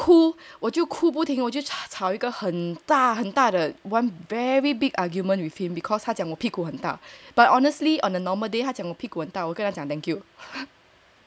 then 我就哭我就哭不停我就吵一个很大很大的 one very big argument with him because 他讲我屁股很大 but honestly on a normal day 还讲过屁股很大我跟他讲 thank you